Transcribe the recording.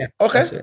okay